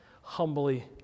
humbly